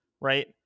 Right